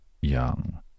young